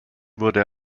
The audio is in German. wurde